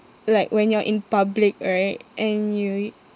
like when you are in public right and you y~